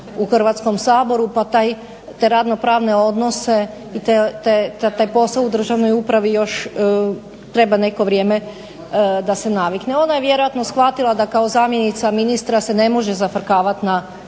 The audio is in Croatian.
u Hrvatskom saboru pa te radno pravne odnose i taj posao u državnoj upravi još treba neko vrijeme da se navikne. Ona je vjerojatno shvatila da kao zamjenica ministra se ne može zafrkavati na